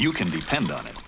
you can depend on it